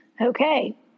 Okay